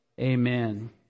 amen